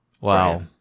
Wow